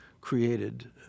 created